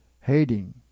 hating